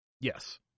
Yes